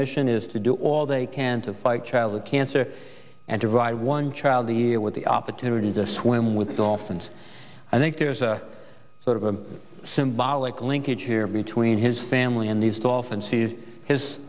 mission is to do all they can to fight childhood cancer and divide one child the year with the opportunity to swim with dolphins i think there's a sort of a symbolic linkage here between his family and these dolphins he is his